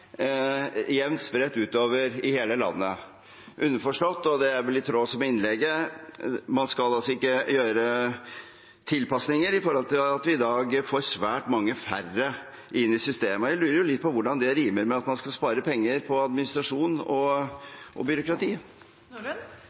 spredt utover i hele landet – underforstått, og det er vel også i tråd med innlegget, så skal man ikke gjøre tilpasninger med tanke på at vi i dag får svært mange færre inn i systemet. Jeg lurer litt på hvordan det rimer med at man skal spare penger på administrasjon og byråkrati.